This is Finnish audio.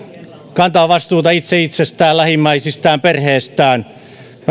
kantaa vastuuta itse itsestään lähimmäisistään perheestään